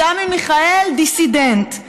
סמי מיכאל דיסידנט.